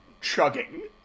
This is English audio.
chugging